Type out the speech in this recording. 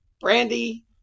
Brandy